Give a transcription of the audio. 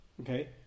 okay